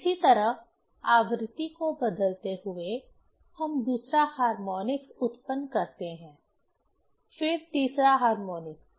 इसी तरह आवृत्ति को बदलते हुए हम दूसरा हार्मोनिक्स उत्पन्न करते हैं फिर तीसरा हार्मोनिक्स